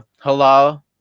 halal